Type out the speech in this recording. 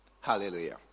Hallelujah